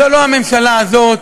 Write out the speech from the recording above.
זו לא הממשלה הזאת,